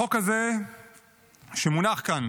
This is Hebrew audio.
החוק הזה שמונח כאן